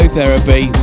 Therapy